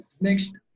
next